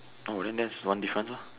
oh then that's one difference hor